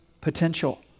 potential